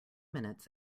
minutes